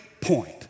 point